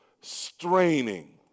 straining